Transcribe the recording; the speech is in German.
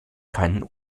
keinen